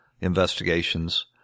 investigations